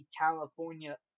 California